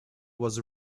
was